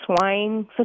swine